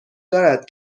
دارد